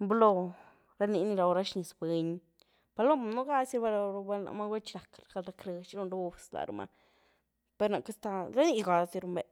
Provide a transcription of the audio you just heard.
blóh raniny raw ra xníhz buny, palóm, núgazy raba raw raba láma, gulá txi raxk gal-rackrëx txy run rabá gus láramá per ná queity ztaldyma, rá-ny gazy riunbé.